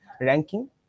ranking